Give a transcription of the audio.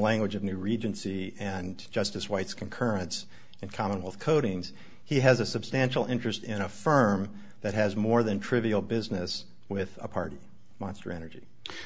language of the regency and justice white's concurrence in common with coatings he has a substantial interest in a firm that has more than trivial business with a party monster energy